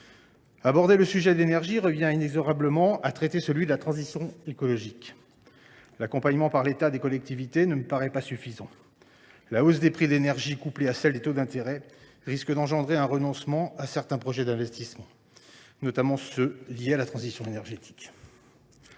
Aborder le sujet de l’énergie revient inexorablement à traiter celui de la transition écologique. L’accompagnement par l’État des collectivités ne me paraît pas suffisant. La hausse des prix de l’énergie, couplée à celle des taux d’intérêt, risque d’entraîner un renoncement à certains projets d’investissement, notamment ceux qui sont liés à la transition énergétique.